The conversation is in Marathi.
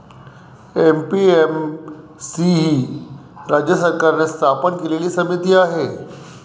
ए.पी.एम.सी ही राज्य सरकारने स्थापन केलेली समिती आहे